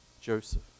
Joseph